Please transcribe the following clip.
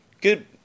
good